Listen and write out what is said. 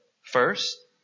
First